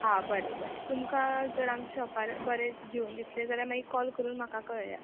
हां बरें बरें तुमकां जर आमचे शॉपार बरें घेवन दिसलें जाल्यार मागीर कॉल करून म्हाका कळयात